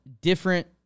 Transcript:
different